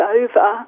over